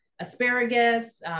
asparagus